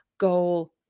goal